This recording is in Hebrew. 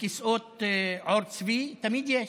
לכיסאות עור צבי, תמיד יש,